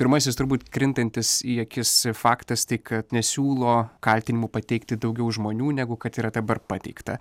pirmasis turbūt krintantis į akis faktas tai kad nesiūlo kaltinimų pateikti daugiau žmonių negu kad yra dabar pateikta